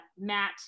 Matt